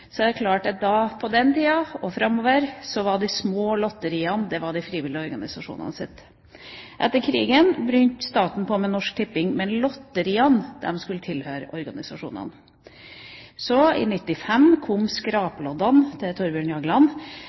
på den tida og framover de frivillige organisasjonenes. Etter krigen opprettet staten Norsk Tipping, men lotteriene skulle tilhøre organisasjonene. Så, i 1995, kom skrapeloddene til Thorbjørn Jagland.